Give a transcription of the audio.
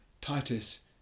Titus